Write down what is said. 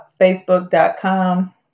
facebook.com